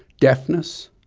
deafness,